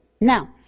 Now